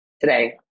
today